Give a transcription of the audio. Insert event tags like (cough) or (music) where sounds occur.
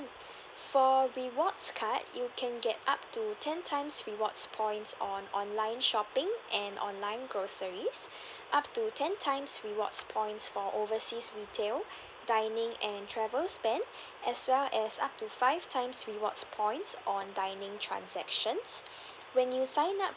mm for rewards card you can get up to ten times rewards points on online shopping and online groceries up to ten times rewards points for overseas retail dining and travel spend as well as up to five times rewards points on dining transactions (breath) when you sign up